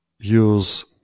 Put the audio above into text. use